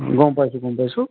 গম পাইছো গম পাইছো